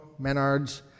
Menards